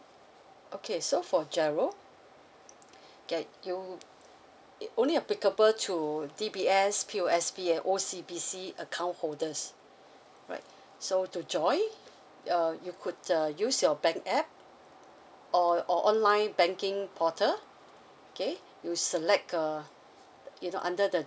okay so for G_I_R_O okay you it only applicable to D_B_S P_O_S_B and O_C_B_C account holders alright so to join uh you could uh use your bank app or or online banking portal okay you select uh the you know under the